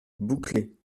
bouclés